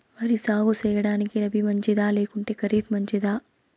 వరి సాగు సేయడానికి రబి మంచిదా లేకుంటే ఖరీఫ్ మంచిదా